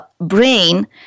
brain